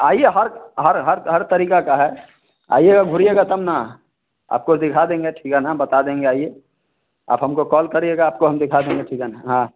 आइए हर हर हर हर तरीका का है आइएगा घूमिएगा तब न आपको दिखा देंगे ठिकाना बता देंगे आइए आप हमको कल करिएगा आपको हम दिखा देंगे ठिकाना है